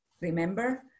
Remember